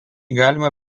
galima